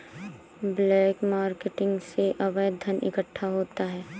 black marketing से अवैध धन इकट्ठा होता है